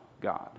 God